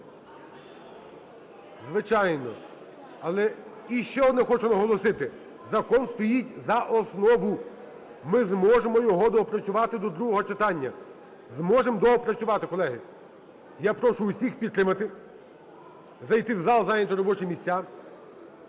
Звичайно, але… І ще одне хочу наголосити: закон стоїть за основу. Ми зможемо його доопрацювати до другого читання, зможемо доопрацювати, колеги. Я прошу усіх підтримати, зайти в зал і зайняти робочі місця.